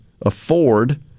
afford